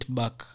back